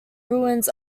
ruins